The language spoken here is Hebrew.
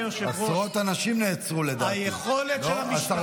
אבל היא לא מענישה על זה.